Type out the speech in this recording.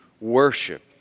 worship